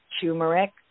turmeric